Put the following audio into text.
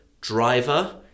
driver